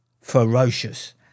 ferocious